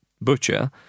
Butcher